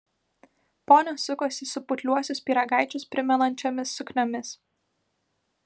ponios sukosi su putliuosius pyragaičius primenančiomis sukniomis